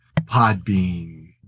Podbean